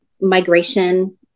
migration